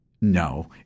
No